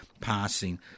passing